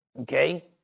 Okay